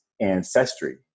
ancestry